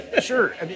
Sure